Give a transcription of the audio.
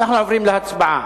אנחנו עוברים להצבעה.